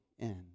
end